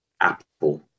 apple